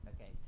Okay